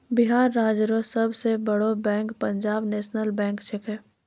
बिहार राज्य रो सब से बड़ो बैंक पंजाब नेशनल बैंक छैकै